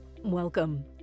Welcome